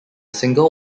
single